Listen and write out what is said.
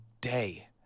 day